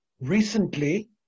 recently